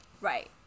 Right